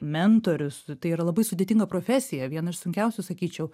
mentorius tai yra labai sudėtinga profesija viena iš sunkiausių sakyčiau